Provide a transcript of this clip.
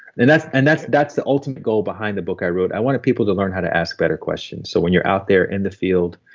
and that's and that's the ultimate goal behind the book i wrote. i wanted people to learn how to ask better questions. so when you're out there in the field.